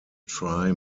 try